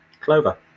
Clover